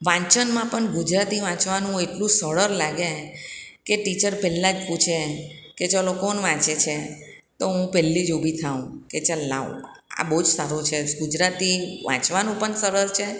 વાંચનમાં પણ ગુજરાતી વાંચવાનું હોય એટલું સરળ લાગે કે ટીચર પહેલાં જ પૂછે કે ચલો કોણ વાંચે છે તો હું પહેલી જ ઊભી થાઉં કે ચલ લાવ આ બહુ જ સારું છે ગુજરાતી વાંચવાનું પણ સરળ છે